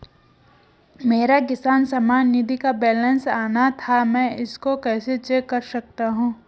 मेरा किसान सम्मान निधि का बैलेंस आना था मैं इसको कैसे चेक कर सकता हूँ?